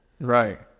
Right